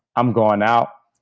i'm going out.